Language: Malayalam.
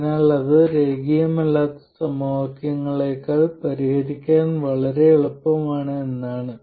അതിനാൽ അത് രേഖീയമല്ലാത്ത സമവാക്യങ്ങളേക്കാൾ പരിഹരിക്കാൻ വളരെ എളുപ്പമാണ് എന്നാണ്